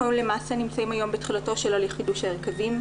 אנחנו למעשה נמצאים היום בתחילתו של הליך חידוש ההרכבים,